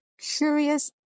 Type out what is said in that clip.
Curious